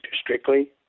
strictly